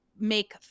make